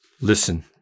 listen